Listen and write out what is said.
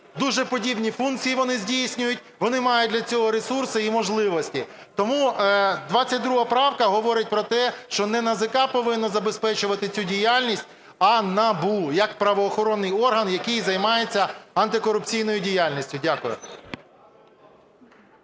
Дуже подібні функції вони здійснюють, вони мають для цього ресурси і можливості. Тому 22 правка говорить про те, що не НАЗК повинно забезпечувати цю діяльність, а НАБУ як правоохоронний орган, який займається антикорупційною діяльністю. Дякую.